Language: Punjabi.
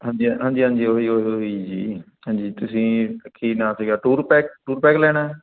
ਹਾਂਜੀ ਹਾਂ ਹਾਂਜੀ ਹਾਂਜੀ ਉਹੀ ਉਹੀ ਉਹੀ ਜੀ ਹਾਂਜੀ ਤੁਸੀਂ ਕੀ ਨਾਮ ਸੀਗਾ ਟੂਰ ਪੈਕ ਟੂਰ ਪੈਕ ਲੈਣਾ